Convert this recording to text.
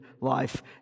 life